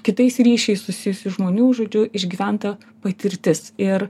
kitais ryšiais susijusių žmonių žodžiu išgyventa patirtis ir